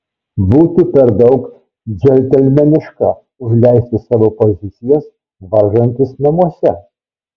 būtų per daug džentelmeniška užleisti savo pozicijas varžantis namuose